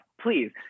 Please